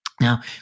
Now